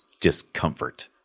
discomfort